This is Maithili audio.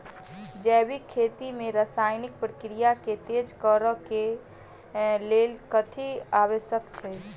जैविक खेती मे रासायनिक प्रक्रिया केँ तेज करै केँ कऽ लेल कथी आवश्यक छै?